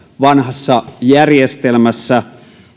vanhassa järjestelmässä